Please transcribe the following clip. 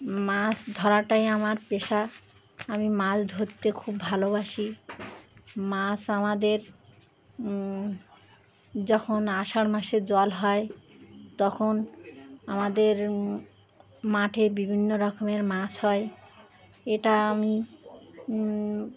মাছ ধরাটাই আমার পেশা আমি মাছ ধরতে খুব ভালোবাসি মাছ আমাদের যখন আষাঢ় মাসে জল হয় তখন আমাদের মাঠে বিভিন্ন রকমের মাছ হয় এটা আমি